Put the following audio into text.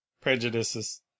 prejudices